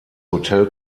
hotel